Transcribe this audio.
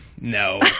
No